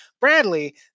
Bradley